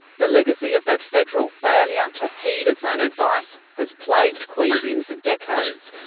the legacy of that federal failure to heed its own advice has plagued queanbeyan for decades,